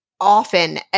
often